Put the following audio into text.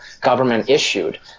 government-issued